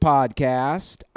Podcast